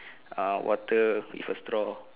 uh water with a straw